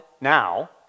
now